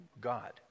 God